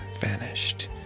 vanished